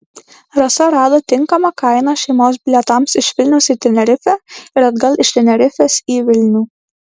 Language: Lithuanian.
rasa rado tinkamą kainą šeimos bilietams iš vilniaus į tenerifę ir atgal iš tenerifės į vilnių